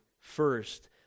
first